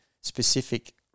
specific